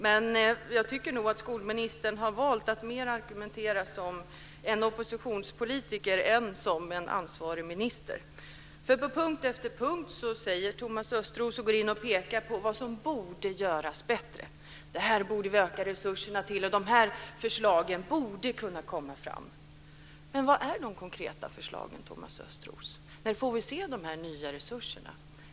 Men jag tycker nog att skolministern har valt att argumentera mer som en oppositionspolitiker än som ansvarig minister. På punkt efter punkt pekar Thomas Östros på vad som borde göras bättre: Här borde vi öka resurserna! Här borde det tas fram förslag! Men var är de konkreta förslagen, Thomas Östros? När får vi se nya resurser?